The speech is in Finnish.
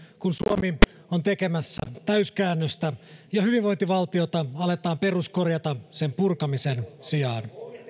kun suomi on tekemässä täyskäännöstä ja hyvinvointivaltiota aletaan peruskorjata sen purkamisen sijaan